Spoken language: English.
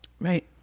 right